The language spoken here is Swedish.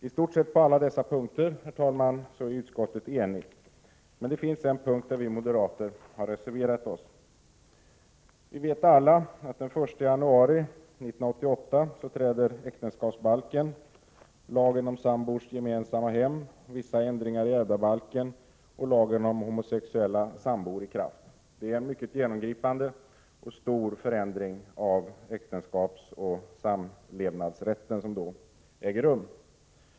I stort sett på alla dessa punkter, herr talman, är utskottet enigt. Men det finns en punkt där vi moderater har reserverat oss. Vi vet alla att den 1 januari 1988 träder äktenskapsbalken, lagen om sambors gemensamma hem, vissa ändringar i ärvdabalken och lagen om homosexuella sambor i kraft. Det är en mycket genomgripande förändring av äktenskapsoch samlevnadsrätten som då äger rum.